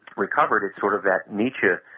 recovered is sort of that nature,